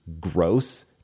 gross